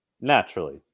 naturally